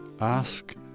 Ask